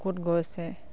ক'ত গৈছে